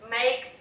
make